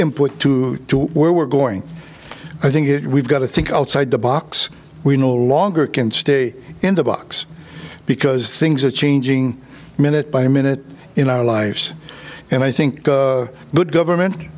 input to where we're going i think if we've got to think outside the box we no longer can stay in the box because things are changing minute by minute in our lives and i think good government